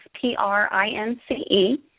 P-R-I-N-C-E